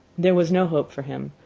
there was no hope for him.